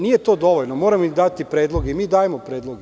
Nije to dovoljno, moramo im dati predlog i mi dajemo predlog.